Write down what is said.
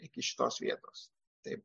iki šitos vietos taip